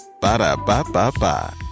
Ba-da-ba-ba-ba